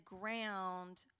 ground